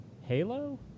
Halo